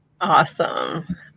Awesome